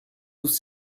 vous